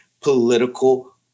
political